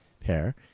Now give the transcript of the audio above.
pair